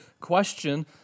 question